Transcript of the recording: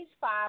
five